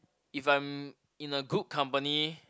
if I'm in a good company